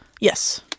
yes